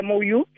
MOU